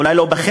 אולי לא בחרב,